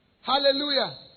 Hallelujah